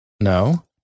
No